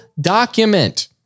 document